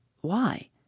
Why